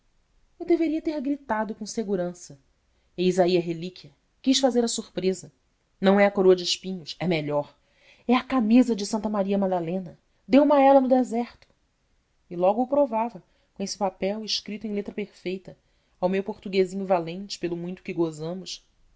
eu deveria ter gritado com segurança eis aí a relíquia quis fazer a surpresa não é a coroa de espinhos e melhor e a camisa de santa maria madalena deu ma ela no deserto e logo o provava com esse papel escrito em letra perfeita ao meu portuguesinho valente pelo muito que gozamos